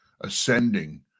ascending